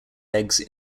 eggs